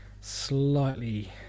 Slightly